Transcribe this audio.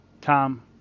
Tom